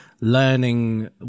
learning